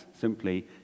simply